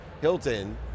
Hilton